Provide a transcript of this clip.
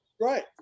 Right